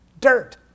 dirt